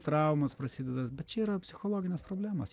traumos prasideda bet čia yra psichologinės problemos